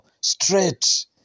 straight